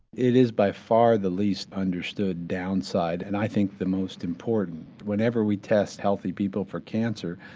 it is by far the least understood downside, and i think the most important. whenever we test healthy people for cancer,